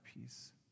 peace